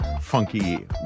funky